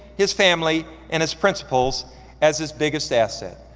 his family, and his principles as his biggest asset.